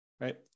right